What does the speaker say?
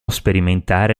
sperimentare